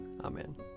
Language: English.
Amen